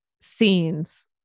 scenes